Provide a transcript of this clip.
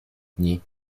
dni